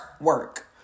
work